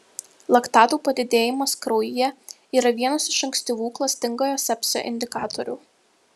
laktatų padidėjimas kraujyje yra vienas iš ankstyvų klastingojo sepsio indikatorių